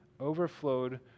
overflowed